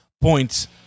points